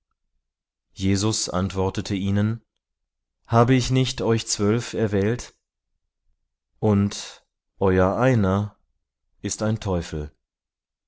jesus antwortete ihnen habe ich nicht euch zwölf erwählt und euer einer ist ein teufel